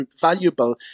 valuable